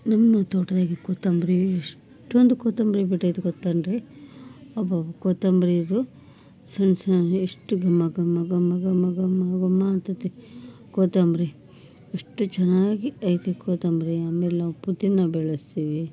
ನಮ್ಮ ತೋಟದಾಗೆ ಕೊತ್ತಂಬ್ರಿ ಎಷ್ಟೊಂದು ಕೊತ್ತಂಬ್ರಿ ಬಿಟ್ಟೈತೆ ಗೊತ್ತೇನು ರೀ ಅಬ್ಬಬ್ಬ ಕೊತ್ತಂಬರಿದು ಸಣ್ಣ ಸಣ್ಣ ಎಷ್ಟು ಘಮ ಘಮ ಘಮ ಘಮ ಘಮ ಘಮ ಅಂತೈತೆ ಕೊತ್ತಂಬ್ರಿ ಎಷ್ಟು ಚೆನ್ನಾಗಿ ಐತೆ ಕೊತ್ತಂಬ್ರಿ ಆಮೇಲೆ ನಾವು ಪುದೀನಾ ಬೆಳೆಸ್ತೀವಿ